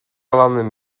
landen